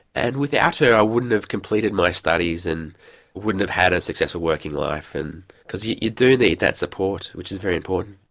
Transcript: and without her i wouldn't have completed by studies and wouldn't have had a successful working life. and because you you do need that support which is very important.